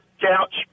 couch